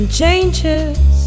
changes